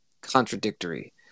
contradictory